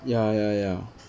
ya ya ya